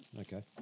Okay